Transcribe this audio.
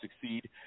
succeed